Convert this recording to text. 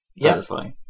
Satisfying